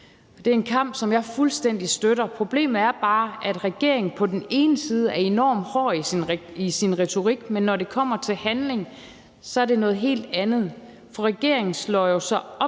Det er en kamp, som jeg fuldstændig støtter, men problemet er bare, at regeringen på den ene side er enormt hård i sin retorik, men når det kommer til handling, er det noget helt andet. For regeringen slår sig jo op